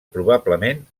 probablement